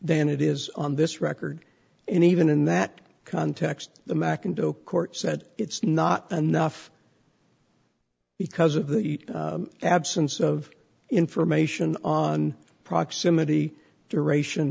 than it is on this record and even in that context the mcindoe court said it's not enough because of the absence of information on proximity duration